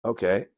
Okay